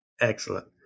Excellent